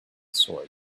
sword